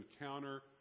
encounter